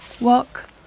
walk